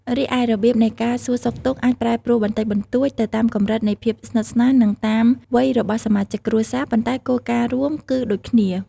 រីឯ របៀបនៃការសួរសុខទុក្ខអាចប្រែប្រួលបន្តិចបន្តួចទៅតាមកម្រិតនៃភាពស្និទ្ធស្នាល និងតាមវ័យរបស់សមាជិកគ្រួសារ ប៉ុន្តែគោលការណ៍រួម គឺដូចគ្នា។